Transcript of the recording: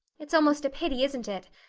it's almost a pity, isn't it,